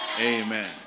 Amen